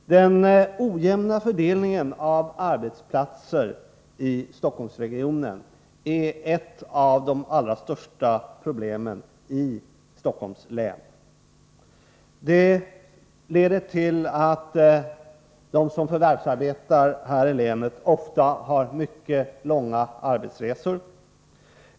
Den ojämna fördelningen av arbetsplatser i Stockholmsregionen är ett av de allra största problemen i Stockholms län. Det leder till att de som förvärvsarbetar här i länet ofta har mycket långa arbetsresor.